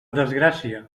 desgràcia